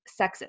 sexist